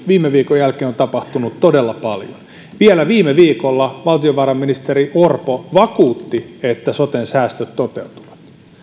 viime viikon jälkeen on tapahtunut todella paljon vielä viime viikolla valtiovarainministeri orpo vakuutti että soten säästöt toteutuvat